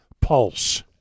pulse